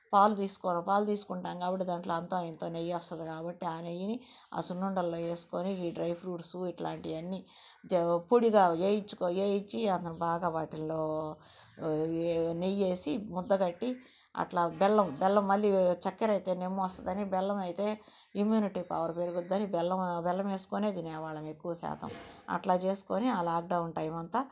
పాలు తీసుకొని పాలు తీసుకుంటాము కాబట్టి దాంట్లో అంతో ఇంతో నెయ్యి వస్తుంది కాబట్టి ఆ నెయ్యిని ఆ సున్నుండల్లో వేసుకొని ఈ డ్రై ఫ్రూట్స్ ఇట్లాంటివన్నీ పొడిగా వేయించి వేయించి బాగా వాటిల్లో నెయ్యి వేసి ముద్ద కట్టి అట్లా బెల్లం బెల్లం మళ్ళీ చక్కెర అయితే నిమ్ము వస్తుందని బెల్లం అయితే ఇమ్యూనిటీ పవర్ పెరుగుతుందని బెల్లం బెల్లం వేసుకొనే తినేవాళ్ళము ఎక్కువ శాతం అట్లా చేసుకొని ఆ లాక్డౌన్ టైమ్ అంతా